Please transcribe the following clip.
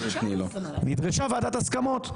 נדרשה ועדת הסכמות,